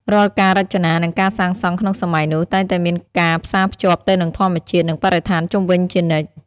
រាល់ការរចនា និងការសាងសង់ក្នុងសម័យនោះ តែងតែមានការផ្សារភ្ជាប់ទៅនឹងធម្មជាតិ និងបរិស្ថានជុំវិញជានិច្ច។